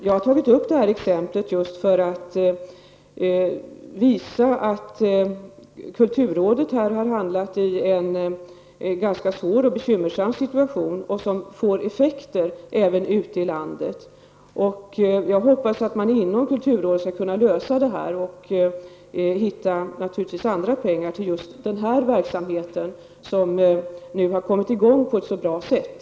Jag har tagit detta exempel just för att visa att kulturrådet i detta sammanhang har handlat i en ganska svår och bekymmersam situation, vilekt får effekter även ute i landet. Jag hoppas att man inom kulturrådet skall kunna lösa detta problem och hitta andra pengar just till denna verksamhet som nu har kommit i gång på ett så bra sätt.